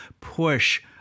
push